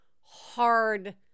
hard